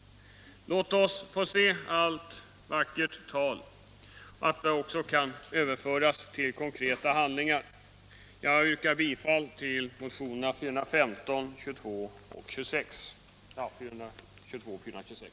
Låt oss få se att allt vackert tal också kan överföras till konkret handling! Herr talman! Jag yrkar bifall till motionerna 415, 422 och 426.